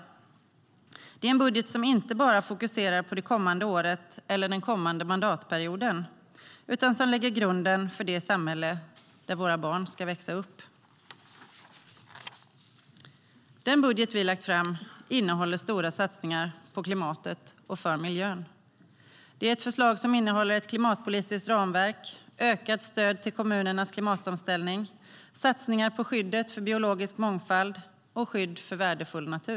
Det är en budget som inte bara fokuserar på det kommande året eller den kommande mandatperioden utan lägger grunden för det samhälle där våra barn ska växa upp. Den budget vi har lagt fram innehåller stora satsningar på klimatet och för miljön. Det är ett förslag som innehåller ett klimatpolitiskt ramverk, ökat stöd till kommunernas klimatomställning, satsningar på skyddet för biologisk mångfald och skydd för värdefull natur.